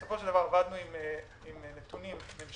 בסופו של דבר עבדנו עם נתונים ממשלתיים.